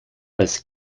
als